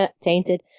tainted